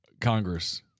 Congress